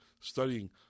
studying